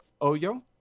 Oyo